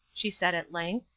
she said, at length.